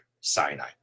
Sinai